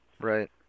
Right